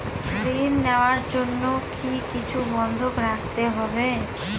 ঋণ নেওয়ার জন্য কি কিছু বন্ধক রাখতে হবে?